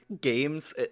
games